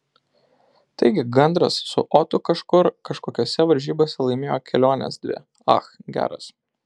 taigi gandras su otu kažkur kažkokiose varžybose laimėjo keliones dvi ach geras